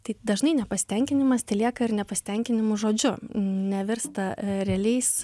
tai dažnai nepasitenkinimas telieka ir nepasitenkinimu žodžiu nevirsta realiais